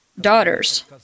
daughters